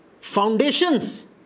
foundations